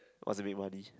wants to make money